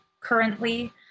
currently